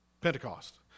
Pentecost